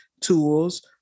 tools